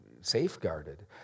safeguarded